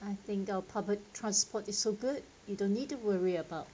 I think our public transport is so good you don't need to worry about